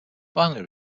finally